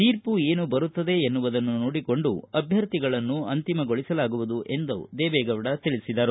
ತೀರ್ಪು ಏನು ಬರುತ್ತದೆ ಎನ್ನುವುದನ್ನು ನೋಡಿಕೊಂಡು ಅಭ್ಯರ್ಥಿಗಳನ್ನು ಅಂತಿಮಗೊಳಿಸಲಾಗುವುದು ಎಂದು ಹೇಳಿದರು